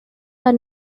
are